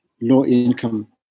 low-income